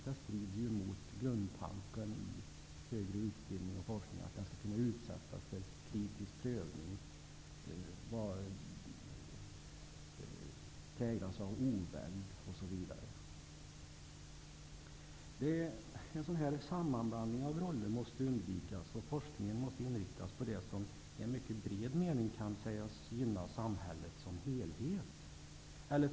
Detta strider ju mot grundtanken i den högre utbildningen och forskningen, som skall kunna utsättas för en kritisk prövning, som skall präglas av oväld osv. En sådan här sammanblandning av roller måste undvikas, och forskningen måste inriktas på det som i mycket vid bemärkelse kan sägas gynna samhället i dess helhet.